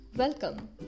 Welcome